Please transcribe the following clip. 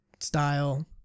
Style